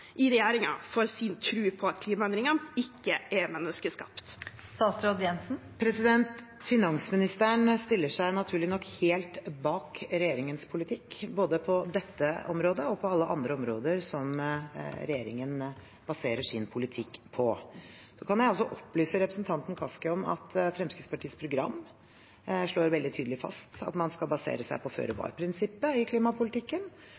i regjeringen for sin tro på at klimaendringene ikke er menneskeskapt? Finansministeren stiller seg naturlig nok helt bak regjeringens politikk både på dette området og på alle andre områder som regjeringen baserer sin politikk på. Så kan jeg opplyse representanten Kaski om at Fremskrittspartiets program slår veldig tydelig fast at man skal basere seg på føre-var-prinsippet i klimapolitikken,